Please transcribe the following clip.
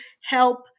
help